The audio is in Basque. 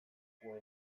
izenak